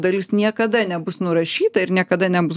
dalis niekada nebus nurašyta ir niekada nebus